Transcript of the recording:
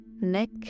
neck